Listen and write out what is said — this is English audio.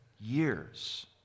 years